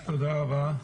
תודה רבה.